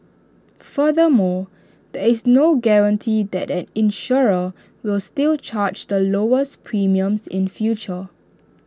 furthermore there is no guarantee that an insurer will still charge the lowest premiums in future